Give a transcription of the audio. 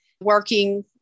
working